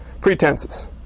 pretenses